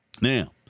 now